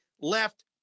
left